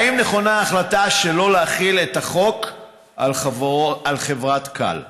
4. האם נכונה ההחלטה שלא להחיל את החוק על חברת Cal?